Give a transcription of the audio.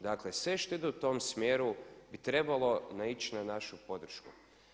Dakle, sve što ide u tom smjeru bi trebalo naići na našu podršku.